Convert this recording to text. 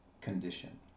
condition